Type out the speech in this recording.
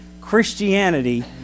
christianity